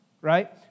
right